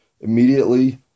immediately